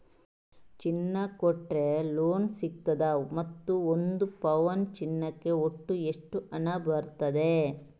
ಚಿನ್ನ ಕೊಟ್ರೆ ಲೋನ್ ಸಿಗ್ತದಾ ಮತ್ತು ಒಂದು ಪೌನು ಚಿನ್ನಕ್ಕೆ ಒಟ್ಟು ಎಷ್ಟು ಹಣ ಬರ್ತದೆ?